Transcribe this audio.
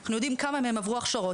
אנחנו יודעים כמה מהם עברו הכשרות,